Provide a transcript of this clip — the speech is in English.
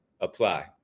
apply